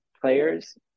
players